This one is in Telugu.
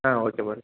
ఓకే మరి